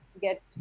get